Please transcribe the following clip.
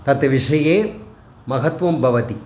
तत् विषये महत्वं भवति